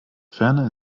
ferner